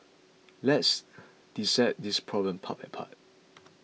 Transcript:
let's dissect this problem part by part